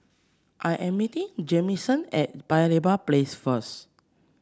I am meeting Jamison at Paya Lebar Place first